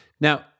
Now